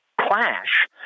clash